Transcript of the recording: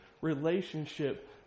relationship